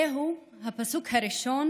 אמת דיבר אללה הכביר.) זהו הפסוק הראשון